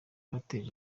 wateje